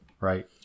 Right